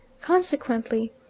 Consequently